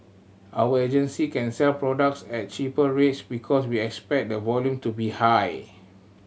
our agency can sell products at cheaper rates because we expect the volume to be high